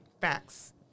Facts